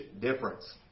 difference